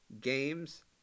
games